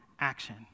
action